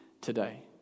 today